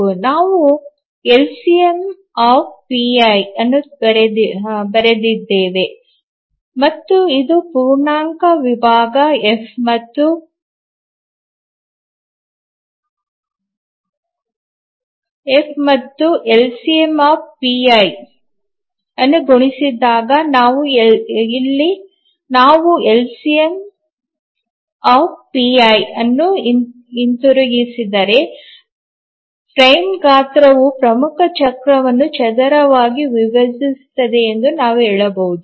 ನಾವು ಎಲ್ಸಿಎಂ ಪೈLCM ಅನ್ನು ಬರೆದಿದ್ದೇವೆ ಮತ್ತು ಇದು ಪೂರ್ಣಾಂಕ ವಿಭಾಗ ಎಫ್ ಮತ್ತು ಎಫ್ನಿಂದ ಗುಣಿಸಿದಾಗ ನಾವು ಎಲ್ಸಿಎಂ ಪೈLCM ಅನ್ನು ಹಿಂತಿರುಗಿಸಿದರೆ ಫ್ರೇಮ್ ಗಾತ್ರವು ಪ್ರಮುಖ ಚಕ್ರವನ್ನು ಚದರವಾಗಿ ವಿಭಜಿಸುತ್ತದೆ ಎಂದು ನಾವು ಹೇಳಬಹುದು